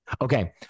Okay